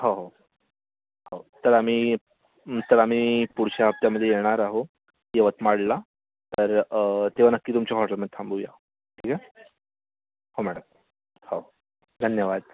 हो हो हो चला मी चला मी पुढच्या हफ्त्यामध्ये येणार आहे यवतमाळला तर तेव्हा नक्की तुमच्या हॉटेलमध्ये थांबू या ठीक आहे हो मॅडम हो धन्यवाद